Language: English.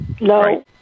No